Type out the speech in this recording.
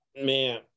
Man